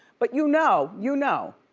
but you know, you know,